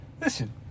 listen